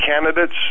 candidates